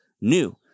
new